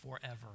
forever